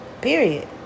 period